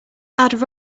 add